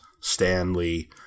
Stanley